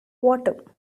water